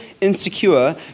insecure